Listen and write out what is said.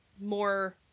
more